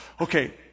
okay